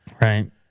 Right